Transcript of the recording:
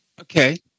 Okay